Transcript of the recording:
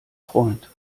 freund